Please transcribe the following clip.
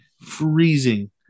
Freezing